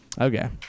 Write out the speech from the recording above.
okay